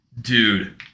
Dude